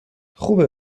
خوبه